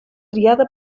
triada